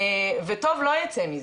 וטוב לא יצא מזה.